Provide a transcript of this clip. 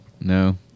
No